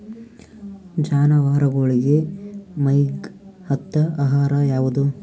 ಜಾನವಾರಗೊಳಿಗಿ ಮೈಗ್ ಹತ್ತ ಆಹಾರ ಯಾವುದು?